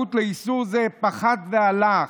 המודעות לאיסור זה פחתה והלכה,